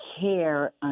care